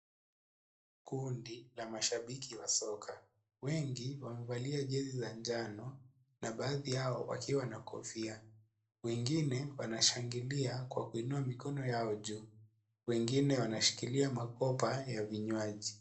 Kundi la mashabiki wa soka wengi wamevalia jezi za manjano na baadhi yao wakiwa na kofia wengine wanashangilia kwa kuinua mikono yao juu wengine wanashikilia makopa ya vinywaji.